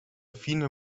fine